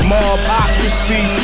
Mobocracy